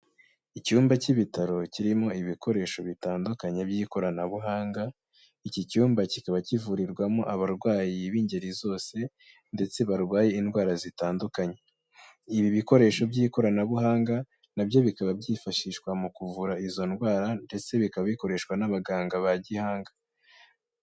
Icyumba cy'ibitaro kirimo ibikoresho bitandukanye by'ikoranabuhanga iki cyumba kikaba kivurirwamo abarwayi b'ingeri zose ndetse barwaye indwara zitandukanye ibi bikoresho by'ikoranabuhanga nabyo bikaba byifashishwa mu kuvura izo ndwara ndetse bikaba bikoreshwa n'abaganga ba gihanga.